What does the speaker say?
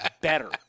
better